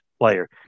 player